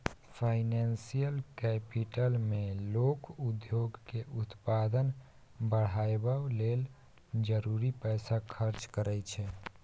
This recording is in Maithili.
फाइनेंशियल कैपिटल मे लोक उद्योग के उत्पादन बढ़ाबय लेल जरूरी पैसा खर्च करइ छै